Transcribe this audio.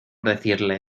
decirle